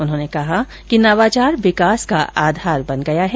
उन्होंने कहा कि नवाचार विकास का आधार बन गया है